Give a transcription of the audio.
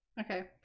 okay